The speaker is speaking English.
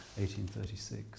1836